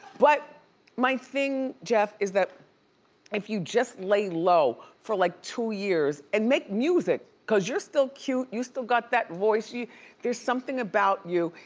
but my thing, jeff, is that if you just lay low for like two years and make music, cause you're still cute, you still got that voice, there's something about you,